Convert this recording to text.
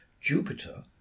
Jupiter